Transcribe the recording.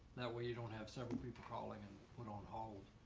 that way, you don't have several people calling and put on hold.